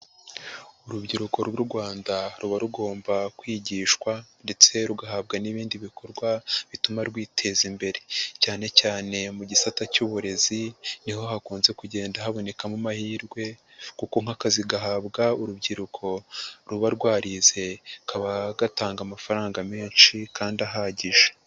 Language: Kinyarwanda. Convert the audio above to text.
Urubyiruko rw'u Rwanda ruba rugomba kwigishwa ndetse rugahabwa n'ibindi bikorwa bituma rwiteza imbere, cyanecyane mu gisata cy'uburezi niho hakunze kugenda habonekamo amahirwe kuko nk'akazi gahabwa urubyiruko ruba rwarize kaba gatanga amafaranga menshi kandi ahagije.